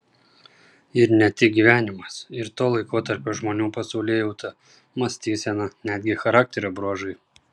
ir ne tik gyvenimas ir to laikotarpio žmonių pasaulėjauta mąstysena netgi charakterio bruožai